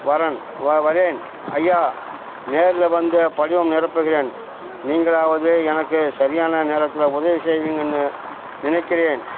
வரேன் வ வரேன் ஐயா நேரில் வந்து படிவம் நிரப்புகிறேன் நீங்களாவது எனக்கு சரியான நேரத்தில் உதவி செய்வீங்கன்னு நினைக்கிறேன்